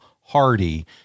Hardy